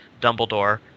Dumbledore